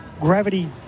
gravity